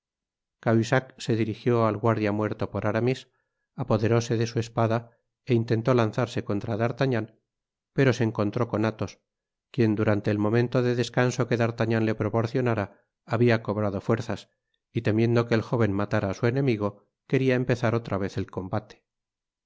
cahusac se dirigió al guardia muerto por aramis apoderóse de su espada é intentó lanzarse contra d'artagnan pero se encontró con athos quien durante el momento de descanso que d'artagnan le proporcionara habia cobrado fuerzas y temiendo que el jóven matara á su enemigo quería empezar otra vez el combate i